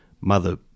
mother